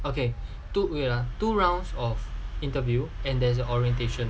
okay too weird lah two rounds of interview and there's the orientation